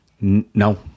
No